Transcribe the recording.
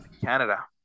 canada